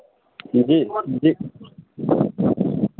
जी जी